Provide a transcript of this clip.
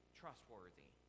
trustworthy